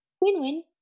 Win-Win